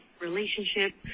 relationship